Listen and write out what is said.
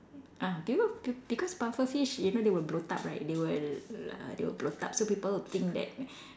ah do you know be~ because pufferfish you know they will bloat up right they will uh they will bloat up so people will think that